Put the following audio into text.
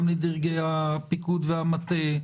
גם לדרגי הפיקוד והמטה,